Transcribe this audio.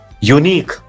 unique